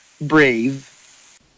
brave